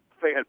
fan